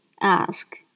ask